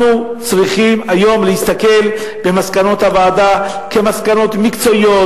אנחנו צריכים היום להסתכל במסקנות הוועדה כמסקנות מקצועיות,